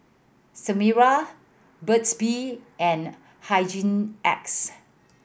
Sterimar Burt's Bee and Hygin X